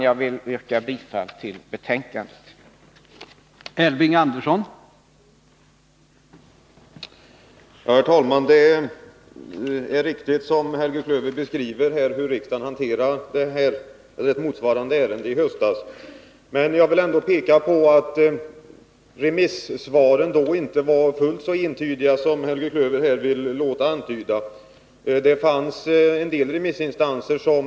Jag vill yrka bifall till hemställan i betänkandet.